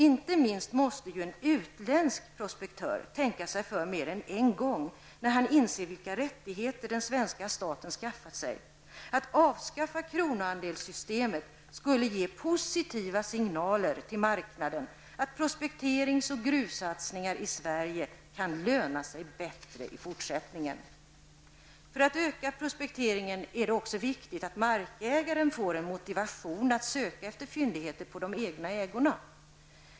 Inte minst måste ju en utländsk prospektör tänka sig för mer än en gång när han inser vilka rättigheter den svenska staten skaffat sig. Att avskaffa kronoandelssystemet skulle ge positiva signaler till marknaden att prospekterings och gruvsatsningar i Sverige kan löna sig bättre i fortsättningen. För att öka prospekteringen är det också viktigt att markägaren får en motivation att söka efter fyndigheter på de egna ägorna.